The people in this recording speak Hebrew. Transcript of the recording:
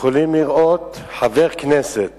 יכולים לראות חבר כנסת